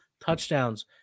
touchdowns